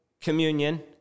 communion